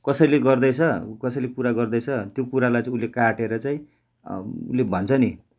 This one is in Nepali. कसैले गर्दैछ कसैले कुरा गर्दैछ त्यो कुरालाई चाहिँ उसले काटेर चाहिँ उसले भन्छ नि